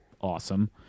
awesome